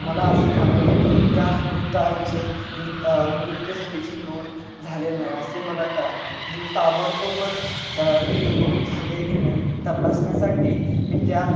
मला असे जाणवले की त्या वृद्ध आईचे मू मृत्यू झालीची नोंद झालेलं नाही असे मला कळले मी ताबडतोबच ती नोंद झाली आहे की नाही तपाण्यासाठी मी त्या